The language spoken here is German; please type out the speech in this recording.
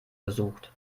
gesucht